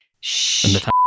Shh